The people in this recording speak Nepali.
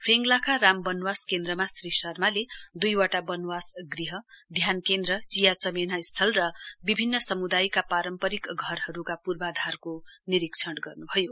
फेङलाखा राम वनवास केन्द्रमा यी शर्माले द्इवटा वनवास ग्रहध्यान केन्द्र चिया चमेना स्थल र विभिन्न सम्दायका पारम्परिक घरहरूका पूर्वाधारको निरीक्षण गर्न्भयो